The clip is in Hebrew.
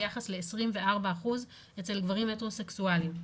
ביחס ל-24 אחוז אצל גברים הטרוסקסואלים,